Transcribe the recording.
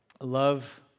love